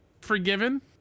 forgiven